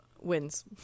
wins